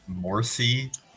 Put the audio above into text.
Morsi